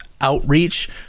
outreach